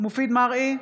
מופיד מרעי,